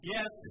Yes